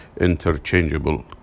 interchangeable